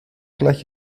gleich